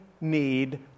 need